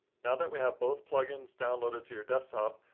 now that we have both plugins downloaded to your desktop,